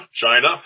China